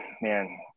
man